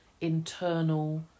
internal